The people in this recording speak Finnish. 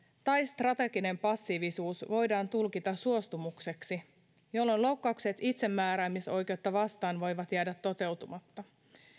tai strateginen passiivisuus voidaan tulkita suostumukseksi jolloin loukkaukset itsemääräämisoikeutta vastaan voivat jäädä toteutumatta